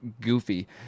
goofy